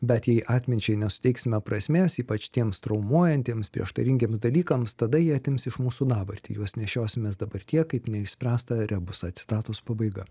bet jei atminčiai nesuteiksime prasmės ypač tiems traumuojantiems prieštaringiems dalykams tada jie atims iš mūsų dabartį juos nešiosimės dabartyje kaip neišspręstą rebusą citatos pabaiga